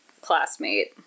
classmate